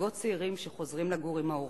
וזוגות צעירים שחוזרים לגור עם ההורים.